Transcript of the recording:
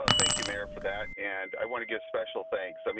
ah thank you, mayor, for that, and i want to give special thanks, i mean